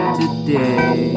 today